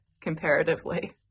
comparatively